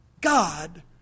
God